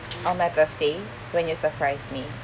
on my birthday when you surprised me